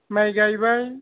माइ गायबाय